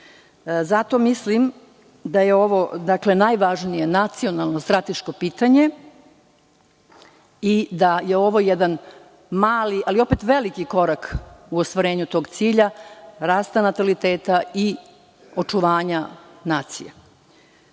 Zato mislim da je ovo najvažnije nacionalno i strateško pitanje i da je ovo jedan mali, ali opet veliki korak u ostvarenju tog cilja - rasta nataliteta i očuvanja nacije. Da